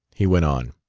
he went on,